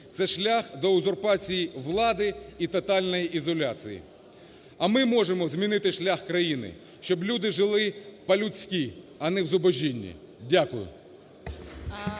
Це шлях до узурпації влади і тотальної ізоляції. А ми можемо змінити шлях країни, щоб люди жили по-людськи, а не в зубожінні. Дякую.